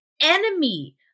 enemy